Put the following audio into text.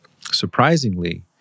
surprisingly